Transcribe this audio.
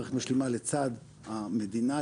מערכת משלימה לצד המדינה,